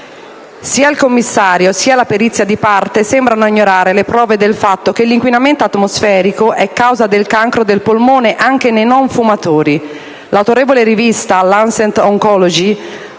Sia il Commissario sia la perizia di parte sembrano ignorare le prove del fatto che l'inquinamento atmosferico è causa del cancro del polmone anche nei non fumatori.